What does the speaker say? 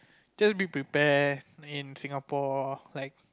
just be prepare in Singapore like